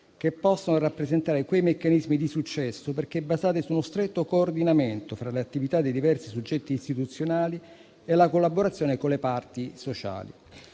che possono rappresentare meccanismi di successo perché basate su uno stretto coordinamento fra le attività dei diversi soggetti istituzionali e la collaborazione con le parti sociali.